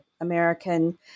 American